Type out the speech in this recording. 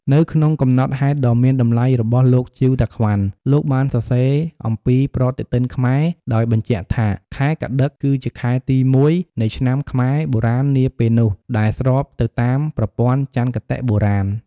នៅក្នុងកំណត់ហេតុដ៏មានតម្លៃរបស់លោក ជីវ តាក្វាន់ លោកបានសរសេរអំពីប្រតិទិនខ្មែរ ដោយបញ្ជាក់ថា ខែកត្តិក គឺជាខែទី ១ នៃឆ្នាំខ្មែរបុរាណនាពេលនោះ ដែលស្របទៅតាមប្រព័ន្ធចន្ទគតិបុរាណ។